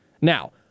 Now